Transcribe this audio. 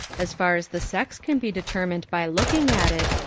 as far as the sex can be determined by looking at it,